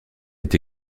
est